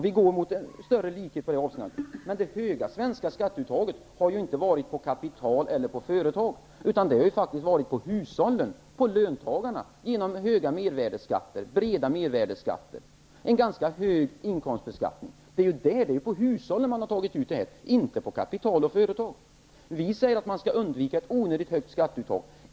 Vi går mot en större likhet i det avseendet. Det höga svenska skatteuttaget har emellertid inte skett på kapital eller på företag, utan det har faktiskt skett på hushållen, på löntagarna, genom breda mervärdesskatter och en ganska hög inkomstbeskattning. Det är ju på hushållen man har tagit ut detta, inte på kapital och företag. Vi säger att man skall undvika ett onödigt högt skatteuttag.